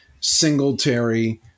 Singletary